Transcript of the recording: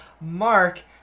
Mark